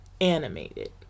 animated